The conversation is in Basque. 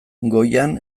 goian